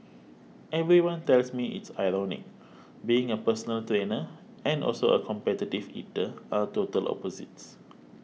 everyone tells me it's ironic being a personal trainer and also a competitive eater are total opposites